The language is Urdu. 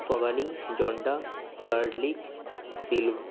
افغانی جونڈا گارلک سلو